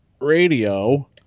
radio